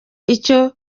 icyo